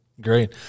great